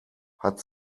hat